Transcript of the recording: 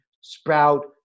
sprout